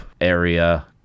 area